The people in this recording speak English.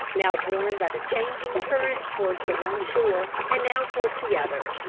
now borne by the changing current towards the one shore, and now towards the other.